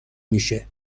میشه